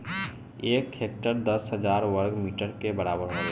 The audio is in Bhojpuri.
एक हेक्टेयर दस हजार वर्ग मीटर के बराबर होला